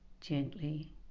gently